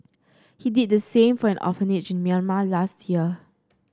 he did the same for an orphanage in Myanmar last year